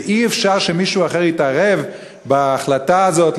ואי-אפשר שמישהו אחר יתערב בהחלטה הזאת,